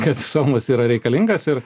kad šalmas yra reikalingas ir